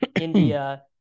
India